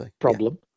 problem